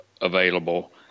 available